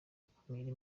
ikomeye